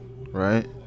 right